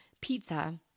pizza